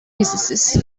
businesses